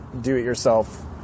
do-it-yourself